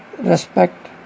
respect